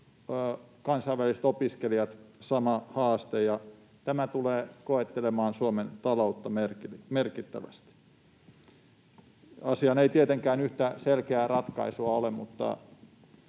kansainväliset opiskelijat, sama haaste. Tämä tulee koettelemaan Suomen taloutta merkittävästi. Asiaan ei tietenkään yhtä selkeää ratkaisua ole, mutta